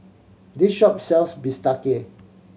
this shop sells bistake